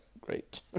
great